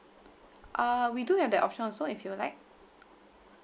err we do have that option also if you would like